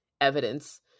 evidence